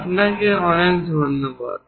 আপনাকে অনেক ধন্যবাদ